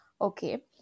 okay